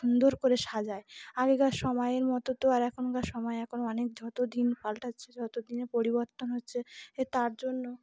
সুন্দর করে সাজায় আগেকার সময়ের মতো তো আর এখনকার সময় এখন অনেক যত দিন পাল্টাচ্ছে যত দিনে পরিবর্তন হচ্ছে এ তার জন্য